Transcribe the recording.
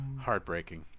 heartbreaking